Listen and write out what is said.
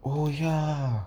oh ya